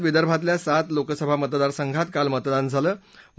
महाराष्ट्रात विदर्भातल्या सात लोकसभा मतदारसंघात काल मतदान झालं